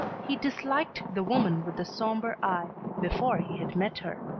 he disliked the woman with the sombre eye before he had met her.